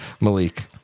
Malik